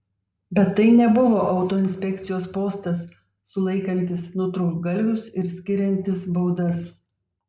bet tai nebuvo autoinspekcijos postas sulaikantis nutrūktgalvius ir skiriantis baudas